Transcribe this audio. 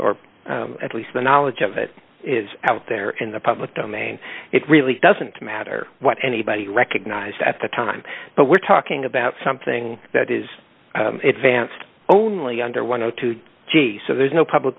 or at least the knowledge of it is out there in the public domain it really doesn't matter what anybody recognized at the time but we're talking about something that is vance only under one hundred and two g so there's no public